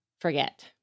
forget